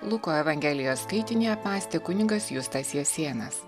luko evangelijos skaitinį apmąstė kunigas justas jasėnas